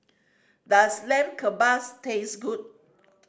does Lamb Kebabs taste good